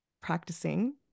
practicing